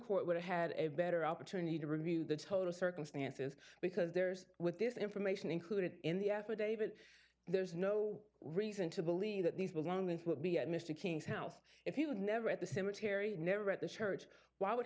court would have had a better opportunity to review the total circumstances because there's with this information included in the affidavit there's no reason to believe that these belongings would be at mr king's house if he would never at the cemetery never at the church w